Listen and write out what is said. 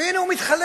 והנה הוא מתחלף.